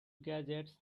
gadgets